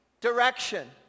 direction